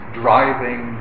driving